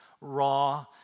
raw